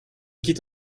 quitte